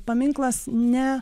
paminklas ne